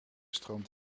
stroomt